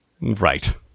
Right